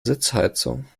sitzheizung